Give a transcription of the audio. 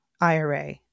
IRA